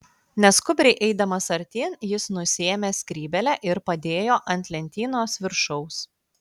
neskubriai eidamas artyn jis nusiėmė skrybėlę ir padėjo ant lentynos viršaus